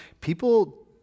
people